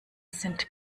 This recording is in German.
sind